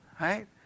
right